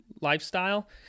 lifestyle